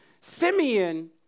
Simeon